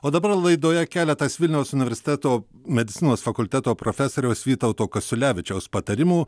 o dabar laidoje keletas vilniaus universiteto medicinos fakulteto profesoriaus vytauto kasiulevičiaus patarimų